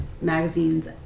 magazines